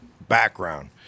background